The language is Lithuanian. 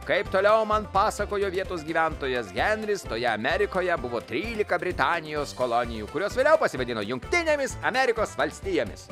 kaip toliau man pasakojo vietos gyventojas henris toje amerikoje buvo trylika britanijos kolonijų kurios vėliau pasivadino jungtinėmis amerikos valstijomis